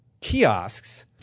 kiosks